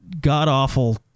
god-awful